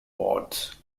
pods